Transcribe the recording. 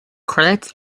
credits